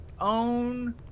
own